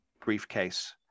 briefcase